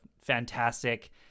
fantastic